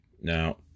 Now